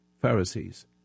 Pharisees